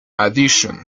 addition